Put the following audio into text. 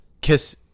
kiss